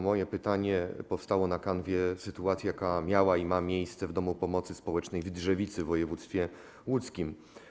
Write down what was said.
Moje pytanie powstało na kanwie sytuacji, jaka miała i ma miejsce w domu pomocy społecznej w Drzewicy w województwie łódzkim.